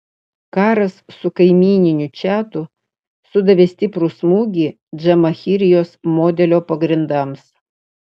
karas su kaimyniniu čadu sudavė stiprų smūgį džamahirijos modelio pagrindams